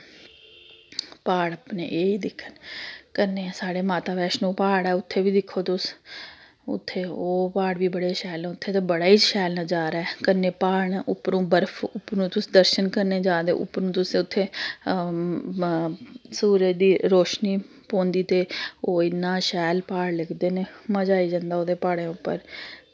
प्हाड़ अपने एह् दिक्ख करने आं साढ़े माता बैश्णो प्हाड़ ऐ उत्थै बी दिक्खो तुस उत्थै ओह् प्हाड़ बी बड़े शैल उत्थै ते बड़ा गै शैल नजारा ऐ कन्नै प्हाड़ न उप्परों बर्फ उप्परों तुस दर्शन करने जा दे ओ उप्परों तुस उत्थै सूरज दी रोशनी पौंदी ते ओह् इन्ना शैल प्हाड़ लगदे न मजा आई जंदा ओह्दे प्हाड़ें पर